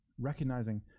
recognizing